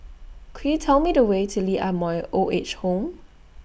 Could YOU Tell Me The Way to Lee Ah Mooi Old Age Home